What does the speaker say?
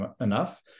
enough